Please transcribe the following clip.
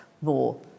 more